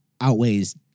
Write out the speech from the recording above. outweighs